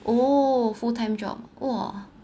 oh full time job !whoa!